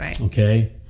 okay